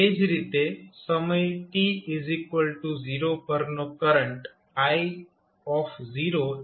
એ જ રીતે સમય t0 પરનો કરંટ iI0 છે